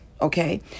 Okay